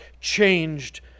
changed